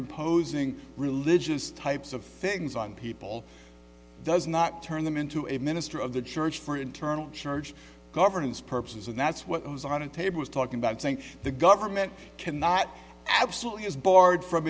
imposing religious types of things on people does not turn them into a minister of the church for internal church governance purposes and that's what i was on a table was talking about think the government cannot absolutely is barred from